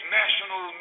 national